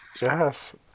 Yes